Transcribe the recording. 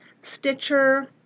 stitcher